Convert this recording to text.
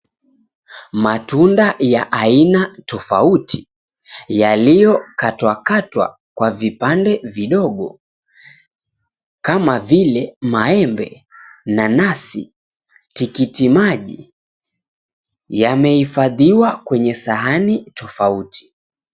Matunda ya aina tofauti yaliyokatwakatwa kwa vipande vidogo kama vile maembe, nanasi, tikiti maji yamehifadhiwa kwenye sahani tofauti .